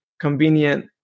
convenient